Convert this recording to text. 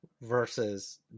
versus